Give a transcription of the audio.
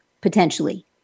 potentially